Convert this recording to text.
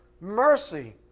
mercy